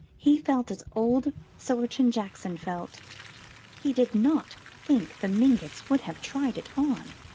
he felt as old sillerton jackson felt he did not think the mingotts would have tried it on!